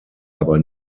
aber